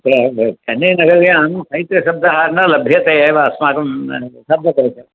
अत्र चन्नै नगर्यां शैत्यशब्दः न लभ्यते एव अस्माकं शब्दकोशे